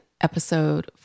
episode